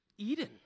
Eden